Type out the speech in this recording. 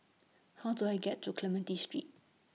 How Do I get to Clementi Street